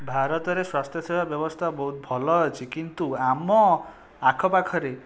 ଭାରତରେ ସ୍ୱାସ୍ଥ୍ୟସେବା ବ୍ୟବସ୍ଥା ବହୁତ ଭଲ ଅଛି କିନ୍ତୁ ଆମ ଆଖପାଖରେ